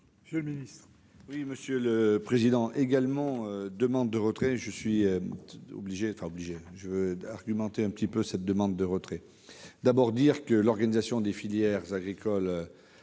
monsieur le ministre.